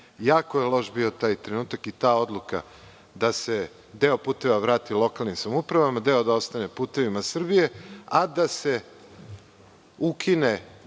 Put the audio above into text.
je loš bio taj trenutak i ta odluka da se deo puteva vrati lokalnim samoupravama, deo da ostane „Putevima Srbije“, a da se ukine